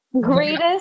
Greatest